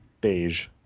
Beige